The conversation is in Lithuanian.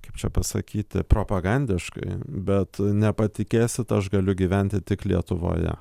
kaip čia pasakyti propagandiškai bet nepatikėsit aš galiu gyventi tik lietuvoje